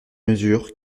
mesures